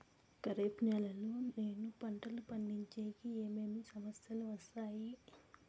ఖరీఫ్ నెలలో నేను పంటలు పండించేకి ఏమేమి సమస్యలు వస్తాయి?